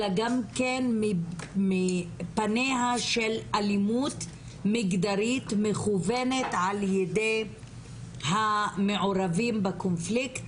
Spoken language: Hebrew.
אלא גם כן מפניה של אלימות מגדרית מכוונת על ידי המעורבים בקונפליקט,